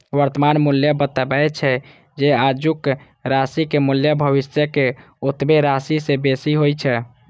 वर्तमान मूल्य बतबै छै, जे आजुक राशिक मूल्य भविष्यक ओतबे राशि सं बेसी होइ छै